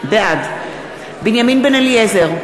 בעד בנימין בן-אליעזר,